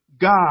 God